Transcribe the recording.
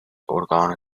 organe